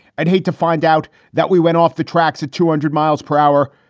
i'd hate to find out that we went off the tracks at two hundred miles per hour.